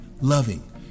loving